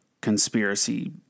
conspiracy